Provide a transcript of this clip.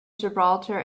gibraltar